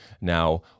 now